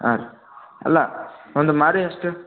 ಹಾಂ ರೀ ಅಲ್ಲಒಂದು ಮಾರು ಎಷ್ಟು